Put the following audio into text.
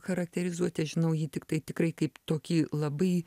charakterizuoti aš žinau jį tiktai tikrai kaip tokį labai